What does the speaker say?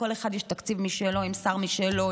ולכל אחד יש תקציב משלו עם שר משלו,